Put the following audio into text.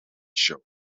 show